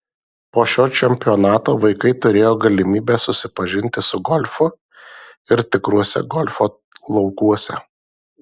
po šio čempionato vaikai turėjo galimybę susipažinti su golfu ir tikruose golfo laukuose